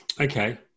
okay